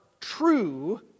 true